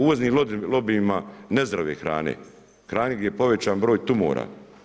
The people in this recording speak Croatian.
Uvoznim lobijima nezdrave hrane, hrane gdje je povećan broj tumora.